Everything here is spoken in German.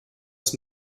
ist